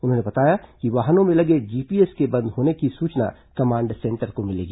उन्होंने बताया कि वाहनों में लगे जीपीएस के बंद होने की सूचना कमांड सेंटर को मिलेगी